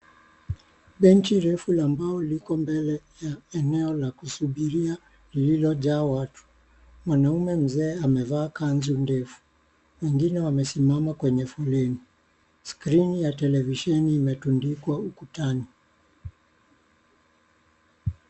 Benchi refu ambao liko mbele ya eneo la kusubiria lililojaa watu. Mwanaume mzee amevaa kanzu ndefu. Mwingine amesimama kwenye foleni. Skrini ya televisheni imetundikwa ukutani.